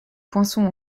poinçons